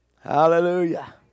Hallelujah